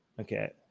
okay